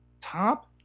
Top